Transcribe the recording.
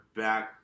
back